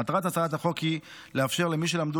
מטרת הצעת החוק היא לאפשר למי שלמדו